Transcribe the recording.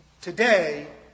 today